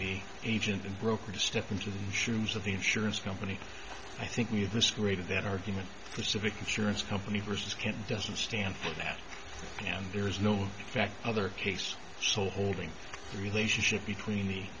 me agent and broker to step into the shoes of the insurance company i think we have this great of that argument pacific insurance company vs can't doesn't stand for that and there is no in fact other case so holding the relationship between the